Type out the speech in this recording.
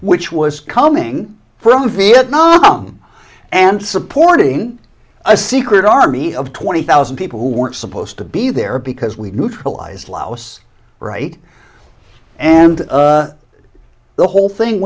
which was coming from vietnam and supporting a secret army of twenty thousand people who weren't supposed to be there because we neutralize laos right and the whole thing